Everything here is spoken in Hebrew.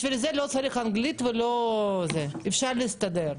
בשביל זה לא צריך אנגלית, אפשר להסתדר.